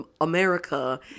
America